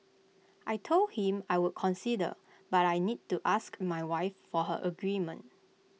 I Told him I would consider but I need to ask my wife for her agreement